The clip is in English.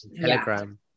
telegram